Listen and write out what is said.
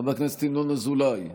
חבר הכנסת ינון אזולאי,